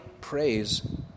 praise